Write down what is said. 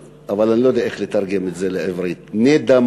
אבל אני לא יודע איך לתרגם את זה לעברית: "מדאמגניה".